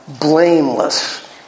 blameless